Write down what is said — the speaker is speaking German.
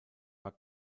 war